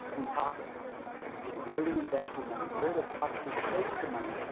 we talk about that and where to invest your money, where to possibly save some money,